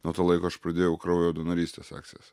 nuo to laiko aš pradėjau kraujo donorystės akcijas